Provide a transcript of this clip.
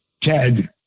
Ted